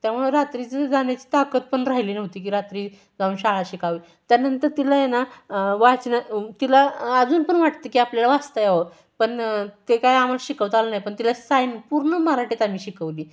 त्यामुळं रात्रीचं जाण्याची ताकद पण राहिली नव्हती की रात्री जाऊन शाळा शिकावी त्यानंतर तिला आहे ना वाचणं तिला अजून पण वाटते की आपल्याला वाचता यावं पण ते काय आम्हाला शिकवता आलं नाही पण तिला साईन पूर्ण मराठीत आम्ही शिकवली